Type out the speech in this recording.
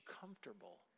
comfortable